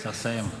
צריך לסיים.